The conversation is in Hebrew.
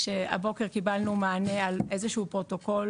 שהבוקר קיבלנו מענה על איזה שהוא פרוטוקול